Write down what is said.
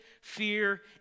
fear